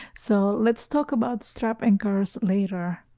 so let's talk about strap anchors later.